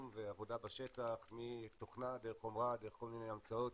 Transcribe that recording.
ועבודה בשטח מתוכנה דרך חומרה דרך כל מיני המצאות